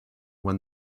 when